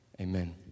Amen